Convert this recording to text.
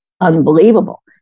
unbelievable